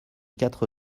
quatre